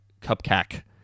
cupcake